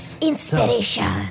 inspiration